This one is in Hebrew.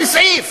כל סעיף.